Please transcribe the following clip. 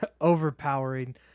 overpowering